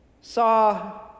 Saw